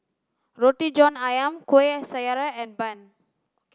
roti john ayam kuih syara and bun